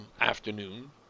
afternoon